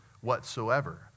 whatsoever